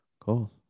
Cool